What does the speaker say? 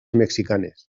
mexicanes